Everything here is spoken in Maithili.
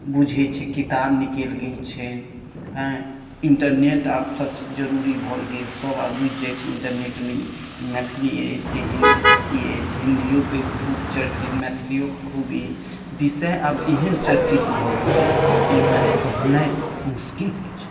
बूझैत छै किताब निकलि गेल छै हँ इन्टरनेट आब सभसँ जरूरी भऽ गेल सभ आब बुझि जाइत छै इन्टरनेटमे कि ई मैथिली अछि कि हिन्दी ई अछि हिन्दियोके भी खूब चर्चित मैथलिओके भी ई विषय आब ई एहन चर्चित भऽ गेल अछि कि एहिमे कहनाइ मुश्किल अछि